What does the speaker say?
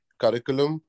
curriculum